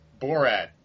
Borat